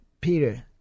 Peter